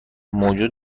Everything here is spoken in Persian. موجود